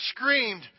screamed